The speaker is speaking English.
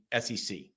SEC